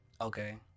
Okay